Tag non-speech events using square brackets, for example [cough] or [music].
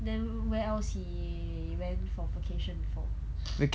then where else he went for vacation before [breath]